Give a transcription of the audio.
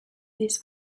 this